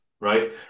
right